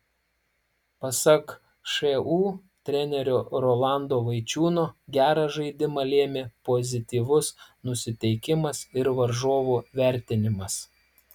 pasak šu trenerio rolando vaičiūno gerą žaidimą lėmė pozityvus nusiteikimas ir varžovų vertinimas